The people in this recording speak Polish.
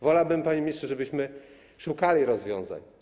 Wolałbym, panie ministrze, żebyśmy szukali rozwiązań.